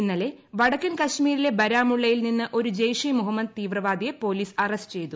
ഇന്നലെ വടക്കൻ കശ്മീരിലെ ബാരാമുള്ളയിൽ നിന്ന് ഒരു ജയ്ഷ് ഇ മുഹമ്മദ് തീവ്രവാദിയെ പോലീസ് അറസ്റ്റ് ചെയ്തു